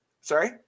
Sorry